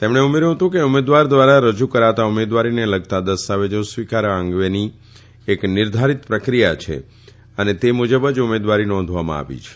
તેમણે ઉમેર્યુ હતું કે ઉમેદવાર ધ્વારા રજુ કરાતાં ઉમેદવારીને લગતાં દસ્તાવેજો સ્વીકારવા અંગેની એક નિર્ધારીત પ્રક્રિયા છે અને તે મુજબ જ ઉમેદવારી નોંધવામાં આવી છે